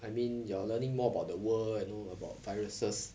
I mean you're learning more about the world you know about viruses